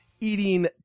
eating